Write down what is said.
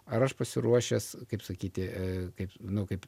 ar aš pasiruošęs kaip sakyti kaip nu kaip